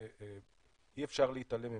שאי אפשר להתעלם ממנו.